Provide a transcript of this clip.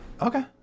Okay